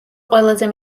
ყველაზე